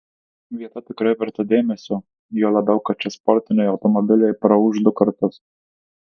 vieta tikrai verta dėmesio juo labiau kad čia sportiniai automobiliai praūš du kartus